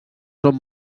són